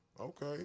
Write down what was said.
Okay